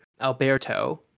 Alberto